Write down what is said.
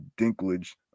Dinklage